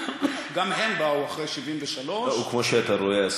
גם הם באו אחרי 73'. וכמו שאתה רואה,